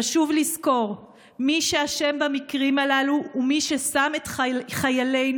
חשוב לזכור: מי שאשם במקרים הללו הוא מי ששם את חיילינו,